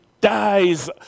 dies